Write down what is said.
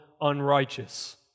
unrighteous